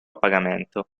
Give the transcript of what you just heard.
pagamento